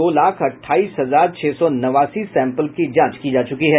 दो लाख अट्ठाईस हजार छह सौ नवासी सैंपलों की जांच की जा चुकी है